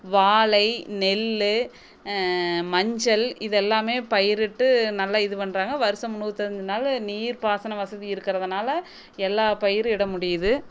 வாழை நெல் மஞ்சள் இது எல்லாமே பயிரிட்டு நல்ல இது பண்ணுறாங்க வருசம் முந்நூற்று அறுபத்தஞ்சு நாள் நீர்ப்பாசன வசதி இருக்கிறதனால எல்லா பயிரும் இட முடியுது